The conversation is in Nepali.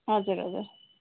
हजुर हजुर